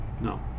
no